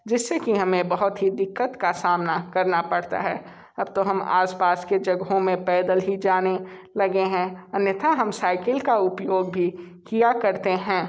जिस से कि हमें बहुत ही दिक्कत का सामना करना पड़ता है अब तो हम आस पास के जगहों में पैदल ही जाने लगे हैं अन्यथा हम साइकिल का उपयोग भी किया करते हैं